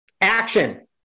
Action